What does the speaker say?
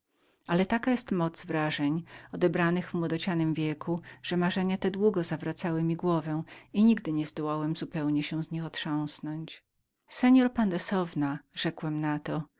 ale taka jest moc wrażeń odebranych w młodocianym wieku że marzenia te długo zawracały mi głowę i nigdy nie zdołałem zupełnie się z nich otrząsnąć panie pandesowna rzekłem na to